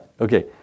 Okay